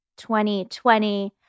2020